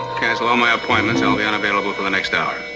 cancel all my appointments, i will be unavailable for the next hour.